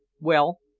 well,